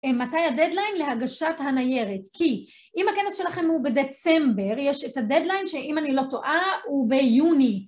מתי הדדליין להגשת הניירת? כי אם הכנס שלכם הוא בדצמבר, יש את הדדליין שאם אני לא טועה הוא ביוני.